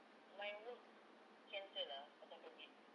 my work cancel ah pasal COVID